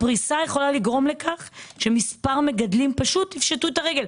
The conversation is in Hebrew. הפריסה יכולה לגרום לכך שמספר מגדלים פשוט יפשטו את הרגל.